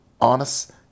honest